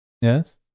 yes